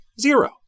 Zero